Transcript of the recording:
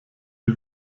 die